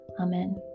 Amen